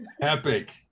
Epic